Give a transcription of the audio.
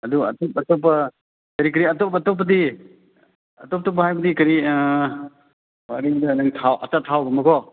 ꯑꯗꯨꯒ ꯑꯇꯣꯞ ꯑꯇꯣꯞꯄ ꯀꯔꯤ ꯀꯔꯤ ꯑꯇꯣꯞ ꯑꯇꯣꯞꯄꯗꯤ ꯑꯇꯣꯞ ꯑꯇꯣꯞꯄ ꯍꯥꯏꯕꯗꯤ ꯀꯔꯤ ꯑꯗꯨꯝꯕ ꯅꯪ ꯊꯥꯎ ꯑꯆꯥꯊꯥꯎꯒꯨꯝꯕꯀꯣ